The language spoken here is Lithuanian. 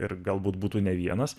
ir galbūt būtų ne vienas